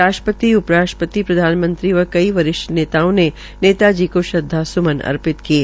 राष्ट्रपति उप राष्ट्रपति प्रधानमंत्री व कई वरिष्ठ नेताओं ने नेता जी को श्रदवास्मन अर्पित किये